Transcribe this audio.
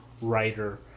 writer